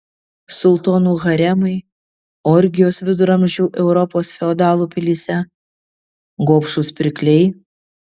sultonų haremai orgijos viduramžių europos feodalų pilyse gobšūs pirkliai